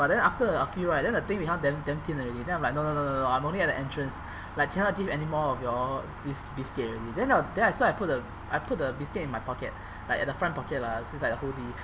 but then after a few right then the thing become damn damn thin already then I'm like no no no no no I'm only at the entrance like cannot give any more of your this biscuit already then I then I sort of I put I put the biscuit in my pocket like at the front pocket lah so it's like a hoodie